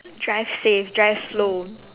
drive safe drive slow